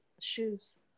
shoes